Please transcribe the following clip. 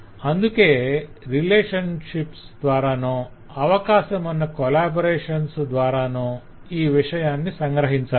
అందుకే రేలషన్శిప్స్ ద్వారానో అవకాశమున్న కొలాబరేషన్స్ ద్వారానో ఈ విషయాన్ని సంగ్రహించాలి